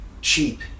cheap